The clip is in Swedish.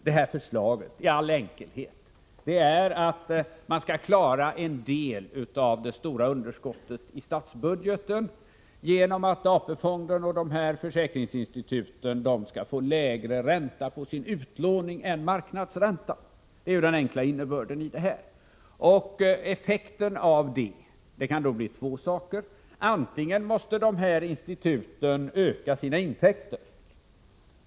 Det här förslaget går i all enkelhet ut på att man skall klara en del av det stora budgetunderskottet i statsbudgeten genom att AP-fonder och försäk ringsinstitut skall få lägre ränta på sin utlåning än marknadsräntan. Det är den enkla innebörden. Effekten av det kan bli två saker. Det kan innebära att instituten måste öka sina intäkter.